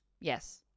yes